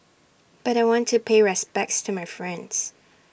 but I want to pay respects to my friends